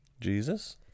Jesus